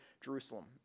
Jerusalem